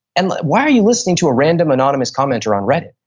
and why are you listening to a random anonymous commenter on reddit?